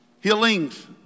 healings